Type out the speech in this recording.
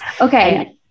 Okay